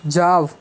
જાવ